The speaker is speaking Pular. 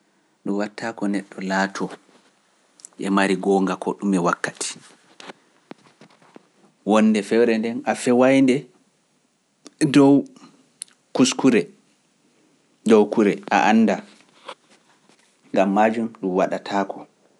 Dum watta ko neɗɗo laatoo ƴemari goonga ko ɗum e wakkati, wonde fewre nde a feway nde dow kuskure dow kure a annda, gam majum ɗum waɗataako.